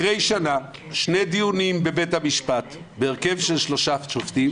אחרי שנה ושני דיונים בבית המשפט בהרכב של שלושה שופטים